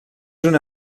una